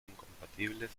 incompatibles